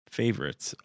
favorites